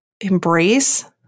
embrace